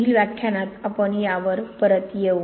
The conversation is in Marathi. पुढील व्याख्यानात आपण यावर परत येऊ